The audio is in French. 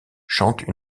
chante